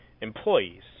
employees